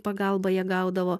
pagalbą jie gaudavo